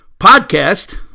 podcast